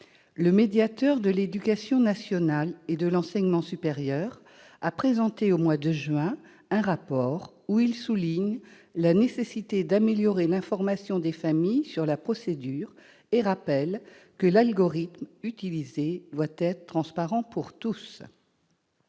Le médiateur de l'éducation nationale et de l'enseignement supérieur a présenté au mois de juin dernier un rapport dans lequel il souligne la nécessité d'améliorer l'information des familles sur la procédure et rappelle que « l'algorithme utilisé doit être transparent pour tous